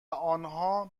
آنها